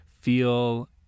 feel